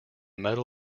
medal